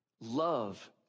Love